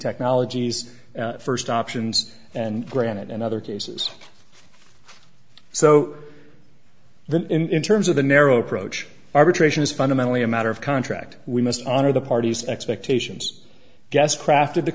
technologies first options and granite and other cases so then in terms of the narrow approach arbitration is fundamentally a matter of contract we must honor the parties expectations guest crafted the